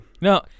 No